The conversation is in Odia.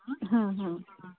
ହୁଁ ହୁଁ